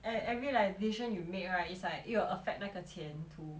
ev~ every like decision you make right it's like it will affect 那个前途